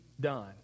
done